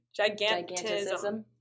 Gigantism